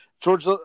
George